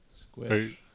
Squish